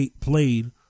played